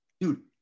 dude